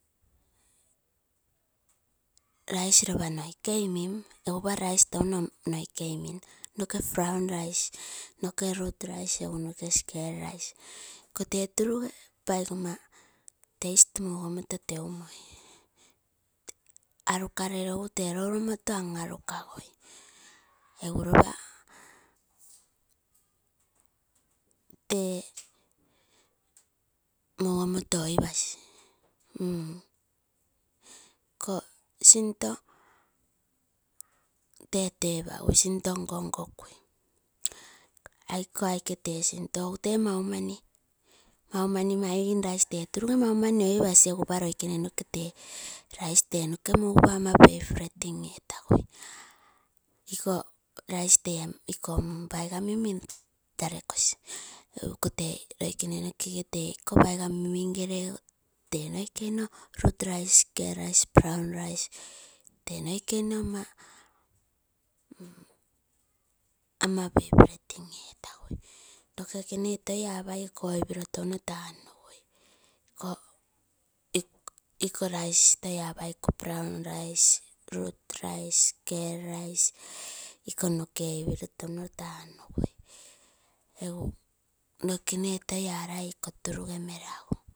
Rice ropa noike mim, egu ropa rice touno noikei mim, noke brown rice, roots rice, egu noke. Skel rice, tee turuge paigoma taste turuge mugomoto teumooi, aru kale rogu tee louromoto an, arukagui. Egu ropa tee mugumoto oipasi sinto tee pagai sinto nko-nko kui. Iko aike tee sinto egu tee maumani, maigim rice tee turuge maumani oipasi, loikene noke tee rice tee nokee muoupa ama favourite etagui. Ikoo rice tee paigami min rolokosi, ikoo tee loikene noke tee ikoo paigami min gere ralekosi. Tee noikeino roots rice, skel rice, brown rice tee noikeno ama favourite etagui nokekene toi apai ikoo oipini touno tanumoi ikoo rice-rice toi apai ikoo brown rice roots rice skel rice iko noke oipiro touno tan nagui. Egu noke kene toi alai ikoo tulunge meragui.